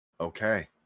Okay